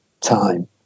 Time